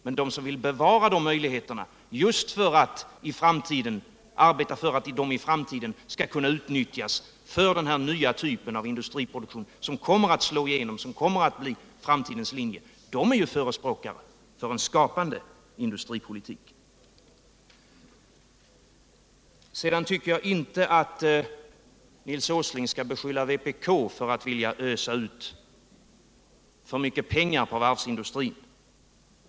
Men de som vill bevara möjligheterna, just för att arbeta för att de i framtiden skall kunna utnyttjas för den här nya typen av industriproduktion, som kommer att slå igenom, som kommer att bli framtidslinjen, är förespråkare för en skapande industripolitik. Jag tycker inte att Nils Åsling skall beskylla vpk för att vilja ösa ut för mycket pengar till varvsindustrin.